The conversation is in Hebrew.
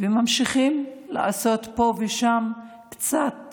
וממשיכים לעשות פה ושם קצת